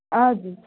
آ بِلکُل